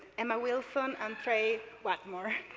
emma wilson and tracy watmore.